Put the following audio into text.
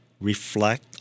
reflect